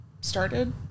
started